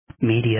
media